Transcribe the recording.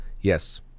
yes